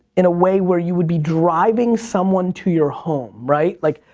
in a way where you would be driving someone to your home, right? like,